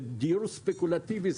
זה דיור ספקולטיבי.